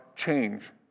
change